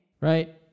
Right